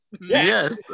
Yes